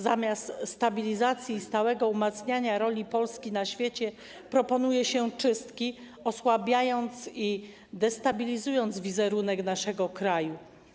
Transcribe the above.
Zamiast stabilizacji i stałego umacniania roli Polski na świecie proponuje się czystki, osłabiając i destabilizując wizerunek naszego kraju.